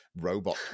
robot